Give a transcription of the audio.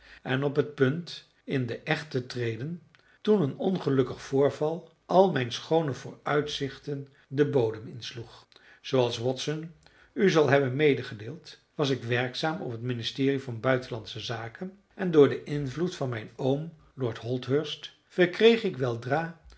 en op het punt in den echt te treden toen een ongelukkig voorval al mijn schoone vooruitzichten den bodem insloeg zooals watson u zal hebben medegedeeld was ik werkzaam op het ministerie van buitenlandsche zaken en door den invloed van mijn oom lord holdhurst verkreeg ik weldra